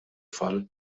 tfal